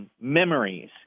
Memories